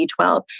B12